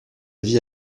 vie